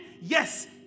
Yes